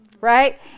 Right